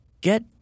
get